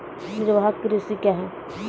निवाहक कृषि क्या हैं?